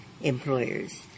employers